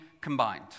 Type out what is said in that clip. combined